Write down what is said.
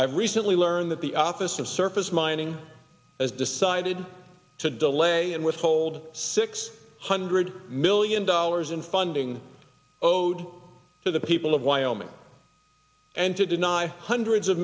i recently learned that the office of surface mining as decided to delay and withhold six hundred million dollars in funding owed to the people of wyoming and to deny hundreds of